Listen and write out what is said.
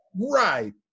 Right